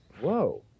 whoa